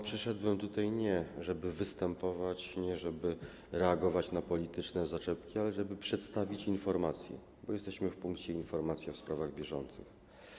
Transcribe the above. Przyszedłem tutaj nie po to, żeby występować, nie po to, żeby reagować na polityczne zaczepki, ale żeby przedstawić informację, bo jesteśmy w punkcie: Informacja w sprawach bieżących.